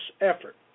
effort